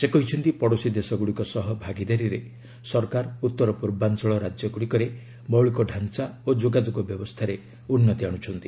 ସେ କହିଛନ୍ତି ପଡ଼ୋଶୀ ଦେଶଗୁଡ଼ିକ ସହ ଭାଗିଦାରୀରେ ସରକାର ଉତ୍ତର ପୂର୍ବାଞ୍ଚଳ ରାଜ୍ୟଗୁଡ଼ିକରେ ମୌଳିକ ଢାଞ୍ଚା ଓ ଯୋଗାଯୋଗ ବ୍ୟବସ୍ଥାରେ ଉନ୍ନତି ଆଣୁଛନ୍ତି